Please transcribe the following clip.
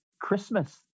Christmas